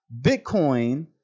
Bitcoin